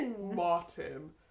Martin